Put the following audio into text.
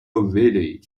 valley